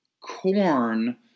corn